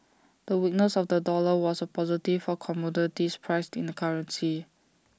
the weakness of the dollar was A positive for commodities priced in the currency